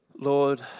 Lord